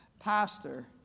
pastor